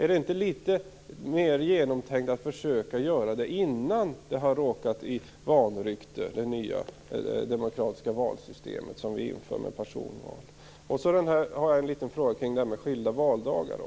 Är det inte litet mer genomtänkt att försöka göra det innan det nya demokratiska valsystem som vi inför i och med personval har råkat i vanrykte? Sedan har jag en liten fråga kring skilda valdagar.